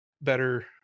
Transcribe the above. better